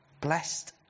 Blessed